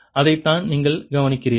அதைத்தான் நீங்கள் கவனிக்கிறீர்கள்